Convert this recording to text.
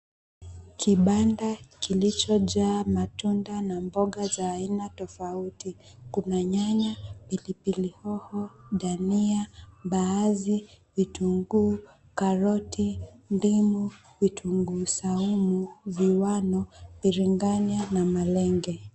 Kibanda kilichojaa matunda na mboga za aina tofauti, kuna nyanya, pilipili hoho, dania, mbaazi, vitunguu, karoti, ndimu, vitunguu saumu, viwano mbiringanya na malenge.